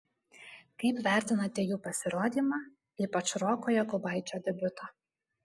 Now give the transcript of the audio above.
kaip vertinate jų pasirodymą ypač roko jokubaičio debiutą